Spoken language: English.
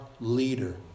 leader